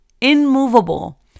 immovable